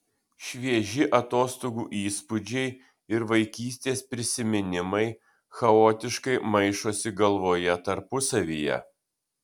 švieži atostogų įspūdžiai ir vaikystės prisiminimai chaotiškai maišosi galvoje tarpusavyje